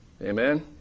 Amen